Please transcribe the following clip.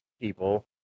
people